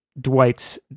Dwight's